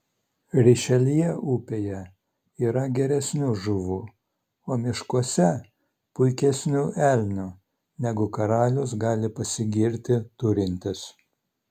rišeljė upėje yra geresnių žuvų o miškuose puikesnių elnių negu karalius gali pasigirti turintis